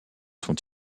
sont